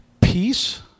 Peace